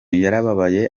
yarababaye